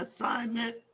assignment